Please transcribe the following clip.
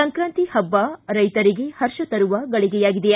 ಸಂಕ್ರಾಂತಿ ಹಬ್ಬ ರೈತರಿಗೆ ಹರ್ಷ ತರುವ ಗಳಿಗೆಯಾಗಿದೆ